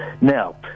Now